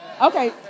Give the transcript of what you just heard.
Okay